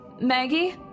Maggie